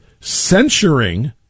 Censuring